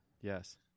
yes